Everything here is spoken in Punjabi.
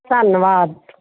ਧੰਨਵਾਦ